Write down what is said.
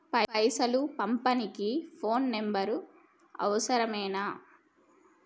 పైసలు పంపనీకి phone number అవసరమేనా?